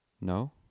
no